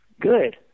Good